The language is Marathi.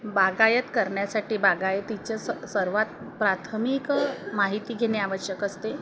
बागायत करण्यासाठी बागायतीच्या स सर्वात प्राथमिक माहिती घेणे आवश्यक असते